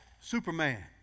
Superman